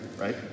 right